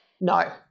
No